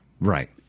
Right